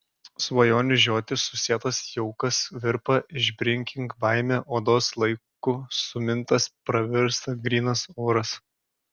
svajonių žiotys susėtas jaukas virpa išbrinkink baimę odos laiku sumintas parvirsta grynas oras